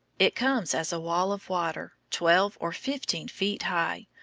it comes as a wall of water, twelve or fifteen feet high,